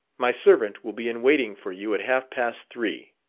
my servant will be in waiting for you at half-past three.